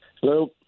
Hello